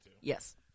yes